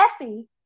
Effie